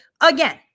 again